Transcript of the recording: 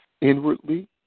inwardly